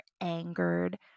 angered